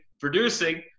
producing